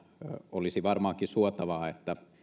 olisi varmaankin suotavaa että